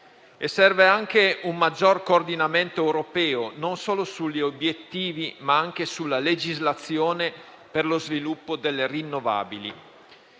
Serve anche un maggior coordinamento europeo, non solo sugli obiettivi, ma anche sulla legislazione, per lo sviluppo delle rinnovabili.